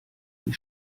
die